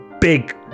big